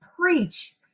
Preach